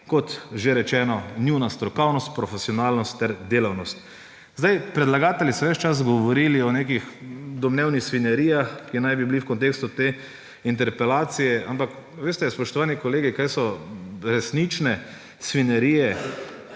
kot, že rečeno, njuna strokovnost, profesionalnost ter delavnost. Predlagatelji so ves čas govorili o nekih domnevnih svinjarijah, ki naj bi bili v kontekstu te interpelacije. Ampak, veste, spoštovani kolegi, kaj so resnične svinjarije?